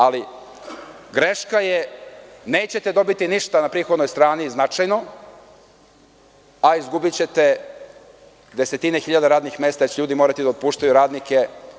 Ali, greška je, nećete dobiti ništa na prihodnoj strani značajno, a izgubićete desetine hiljada radnih mesta, jer će ljudi morati da otpuštaju radnike.